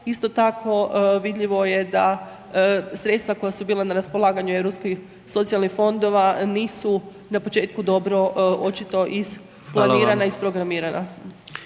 Isto tako vidljivo je da sredstva koja su bila na raspolaganju Europskih socijalnih fondova nisu na početku dobro očito isplanirana, isprogramirana.